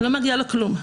לא מגיע לו כלום.